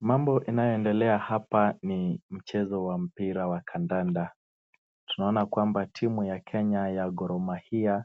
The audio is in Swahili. Mambo inayoendelea hapa ni mchezo wa mpira wa kandanda. Tunaona kwamba timu ya Kenya ya Gormahia